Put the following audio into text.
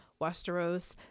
Westeros